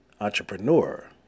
Entrepreneur